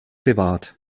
bewahrt